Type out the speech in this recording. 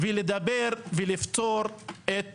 ולדבר ולפתור את הבעיה.